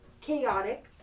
chaotic